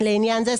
לעניין זה,